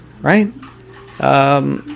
right